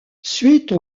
suite